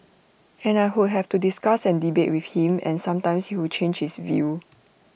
and I would have to discuss and debate with him and sometimes he would change his view